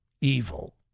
evil